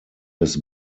des